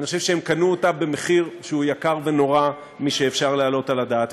אני חושב שהן קנו אותה במחיר שהוא יקר ונורא משאפשר להעלות על הדעת.